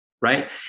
Right